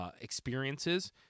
Experiences